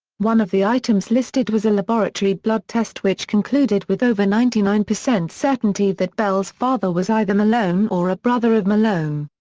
one of the items listed was a laboratory blood test which concluded with over ninety nine percent certainty that bell's father was either malone or a brother of malone.